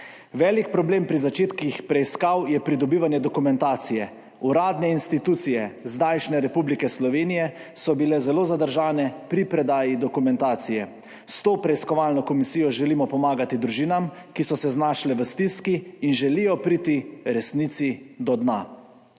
Velik problem pri začetkih preiskav je pridobivanje dokumentacije. Uradne institucije zdajšnje Republike Slovenije so bile zelo zadržane pri predaji dokumentacije. S to preiskovalno komisijo želimo pomagati družinam, ki so se znašle v stiski in želijo priti resnici do dna.